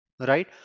Right